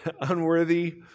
unworthy